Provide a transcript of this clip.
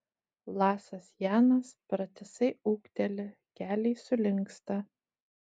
lasas janas pratisai ūkteli keliai sulinksta